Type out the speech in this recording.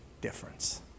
difference